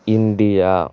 India